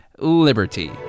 liberty